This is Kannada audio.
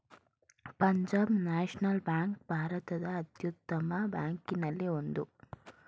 ಪಂಜಾಬ್ ನ್ಯಾಷನಲ್ ಬ್ಯಾಂಕ್ ಭಾರತದ ಅತ್ಯುತ್ತಮ ಬ್ಯಾಂಕಲ್ಲಿ ಒಂದು